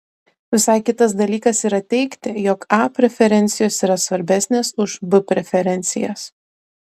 visai kitas dalykas yra teigti jog a preferencijos yra svarbesnės už b preferencijas